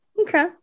Okay